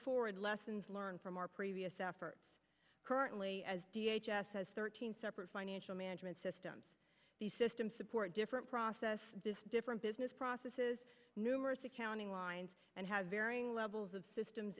forward lessons learned from our previous efforts currently as d h s s thirteen separate financial management systems the system support different process this different business processes numerous accounting lines and have varying levels of systems